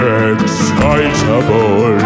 excitable